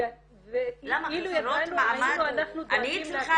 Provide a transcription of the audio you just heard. ואילו ידענו היינו אנחנו --- אני צריכה